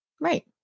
Right